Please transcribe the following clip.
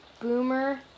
Boomer